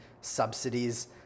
subsidies